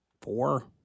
Four